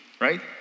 right